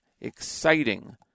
exciting